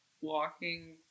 walking